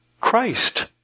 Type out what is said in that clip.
Christ